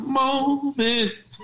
moment